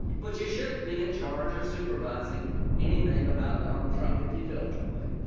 but you shouldn't be in charge of supervising anything about donald trump if you feel that way.